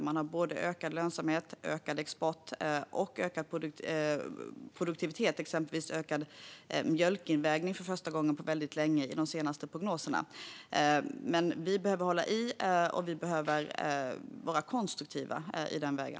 Man har både ökad lönsamhet, ökad export och ökad produktivitet, exempelvis ökad mjölkinvägning för första gången på väldigt länge i de senaste prognoserna. Men vi behöver hålla i och vara konstruktiva på den här vägen.